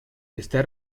está